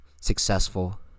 successful